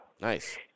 Nice